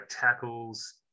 tackles